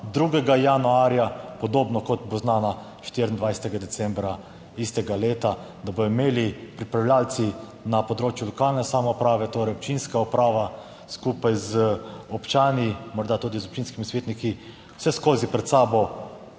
2. januarja, podobno kot bo znana 24. decembra istega leta, da bodo imeli pripravljavci na področju lokalne samouprave torej občinska uprava skupaj z občani, morda tudi z občinskimi svetniki, vseskozi pred sabo